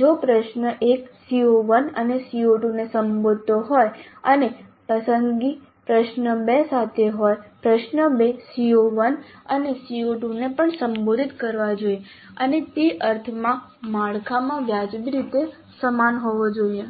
જો પ્રશ્ન 1 CO1 અને CO2 ને સંબોધતો હોય અને પસંદગી પ્રશ્ન 2 સાથે હોય પ્રશ્ન 2 એ CO1 અને CO2 ને પણ સંબોધિત કરવા જોઈએ અને તે અર્થમાં માળખામાં વ્યાજબી રીતે સમાન હોવા જોઈએ